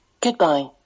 Goodbye